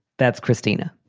that's christina.